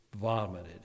vomited